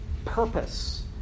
purpose